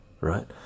right